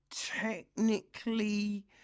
technically